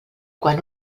quan